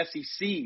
SEC